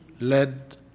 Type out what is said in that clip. led